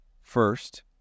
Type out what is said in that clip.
first